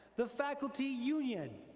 the faculty union,